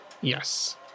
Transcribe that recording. Yes